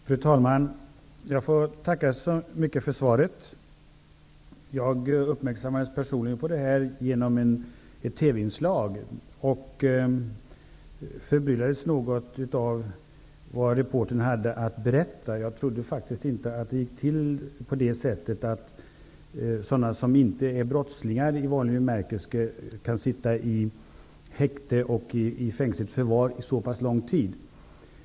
Fru talman! Jag får tacka så mycket för svaret. Jag uppmärksammades personligen på det här genom ett TV-inslag och förbryllades något av vad reportern hade att berätta. Jag trodde faktiskt inte att det gick till på det sättet att personer som icke är brottslingar i vanlig bemärkelse kan få sitta i häkte och i fängsligt förvar så lång tid.